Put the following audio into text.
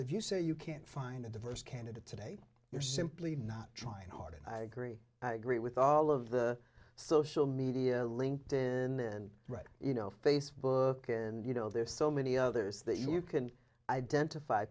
if you say you can't find a diverse candidate today you're simply not trying hard and i agree i agree with all of the social media linked in right you know facebook and you know there are so many others that you can identify